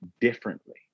differently